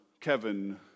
Kevin